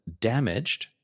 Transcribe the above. damaged